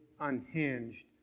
unhinged